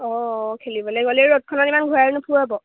অঁ অঁ খেলিবলে হ'লেও ৰ'দখনত ইমান ঘূৰাই নুফুৰাৱ